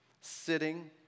sitting